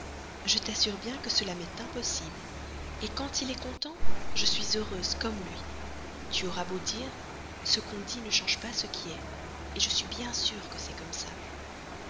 je t'assure bien que cela m'est impossible quand il est content je suis heureuse comme lui tu auras beau dire ce qu'on dit ne change pas ce qui est je suis bien sûre que c'est comme ça